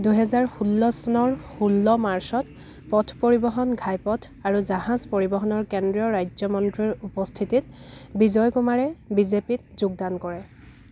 দুহেজাৰ ষোল্ল চনৰ ষোল্ল মাৰ্চত পথ পৰিৱহণ ঘাইপথ আৰু জাহাজ পৰিৱহণৰ কেন্দ্ৰীয় ৰাজ্যমন্ত্ৰীৰ উপস্থিতিত বিজয়কুমাৰে বি জে পিত যোগদান কৰে